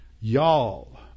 y'all